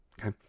Okay